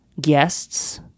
guests